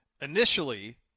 Initially